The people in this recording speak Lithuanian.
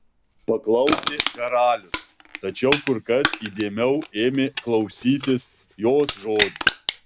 paklausė karalius tačiau kur kas įdėmiau ėmė klausytis jos žodžių